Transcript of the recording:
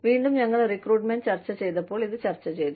വീണ്ടും ഞങ്ങൾ റിക്രൂട്ട്മെന്റ് ചർച്ചചെയ്തപ്പോൾ ഇത് ചർച്ചചെയ്തു